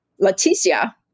Leticia